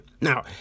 Now